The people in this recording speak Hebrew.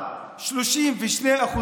אבל 32%